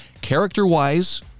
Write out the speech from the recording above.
Character-wise